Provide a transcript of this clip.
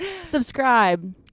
Subscribe